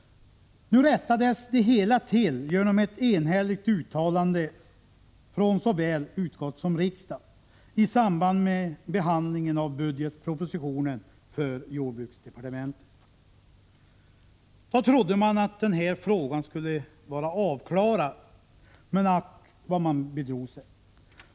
Nu rättades det hela till genom ett enhälligt uttalande från såväl utskott som riksdag i samband med behandlingen av budgetpropositionen för jordbruksdepartementet. Då trodde man att den här frågan skulle vara avklarad, men ack vad man bedrog sig.